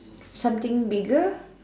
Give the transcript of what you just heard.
something bigger